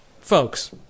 folks